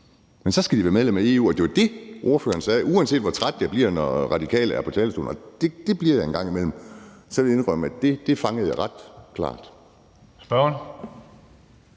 men så skal de være medlem af EU. Og det var jo det, ordføreren sagde. Uanset hvor træt jeg bliver, når Radikale er på talerstolen – og det bliver jeg en gang imellem – må jeg indrømme, at det fangede jeg ret klart.